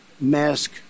mask